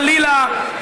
חלילה,